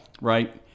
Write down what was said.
right